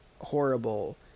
horrible